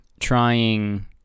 trying